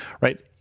right